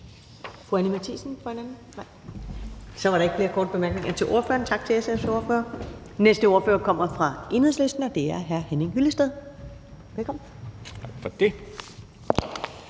Så er der ikke flere korte bemærkninger til ordføreren. Tak til SF's ordfører. Den næste ordfører kommer fra Enhedslisten, og det er hr. Henning Hyllested. Velkommen. Kl.